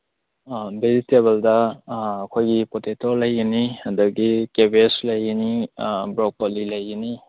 ꯚꯦꯖꯤꯇꯦꯕꯜꯗ ꯑꯩꯈꯣꯏꯒꯤ ꯄꯣꯇꯦꯇꯣ ꯂꯩꯒꯅꯤ ꯀꯦꯕꯦꯖ ꯂꯩꯒꯅꯤ ꯕ꯭ꯔꯣꯀꯣꯂꯤ ꯂꯩꯒꯅꯤ